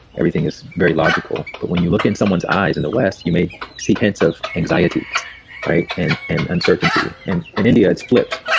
everything is very logical. but when you look in someone's eyes in the west, he made see hints of anxiety and and uncertainty. and in india, it's flipped.